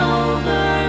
over